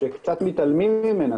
שקצת מתעלמים ממנה.